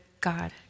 God